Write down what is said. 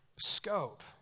scope—